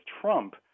Trump